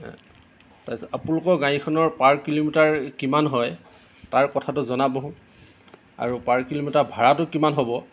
তাৰপিছত আপোনালোকৰ গাড়ীখনৰ পাৰ কিলোমিটাৰ কিমান হয় তাৰ কথাটো জনাবহো আৰু পাৰ কিলোমিটাৰ ভাৰাটো কিমান হ'ব